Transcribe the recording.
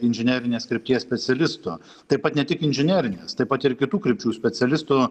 inžinerinės krypties specialistų taip pat ne tik inžinerinės taip pat ir kitų krypčių specialistų